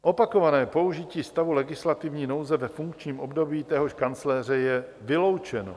Opakované použití stavu legislativní nouze ve funkčním období téhož kancléře je vyloučeno.